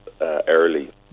early